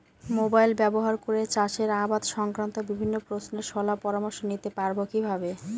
Mobile ব্যাবহার করে চাষের আবাদ সংক্রান্ত বিভিন্ন প্রশ্নের শলা পরামর্শ নিতে পারবো কিভাবে?